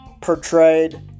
portrayed